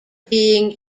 being